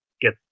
get